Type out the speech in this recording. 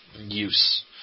use